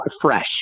fresh